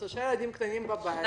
שני ילדים קטנים בבית...